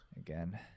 Again